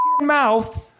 mouth